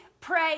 pray